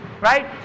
Right